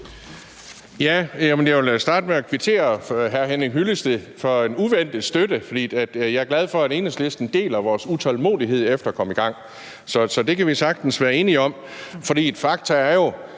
Jeg vil starte med at kvittere hr. Henning Hyllested for en uventet støtte, for jeg er glad for, at Enhedslisten deler vores utålmodighed efter at komme i gang. Så det kan vi sagtens være enige om. Fakta er jo